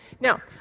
Now